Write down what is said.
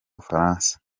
bufaransa